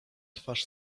twarz